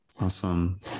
Awesome